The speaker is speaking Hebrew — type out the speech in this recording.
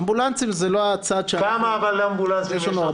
אמבולנסים זה לא הצד שאנחנו --- אבל כמה אמבולנסים יש לכם?